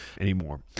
anymore